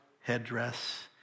headdress